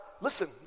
Listen